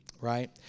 Right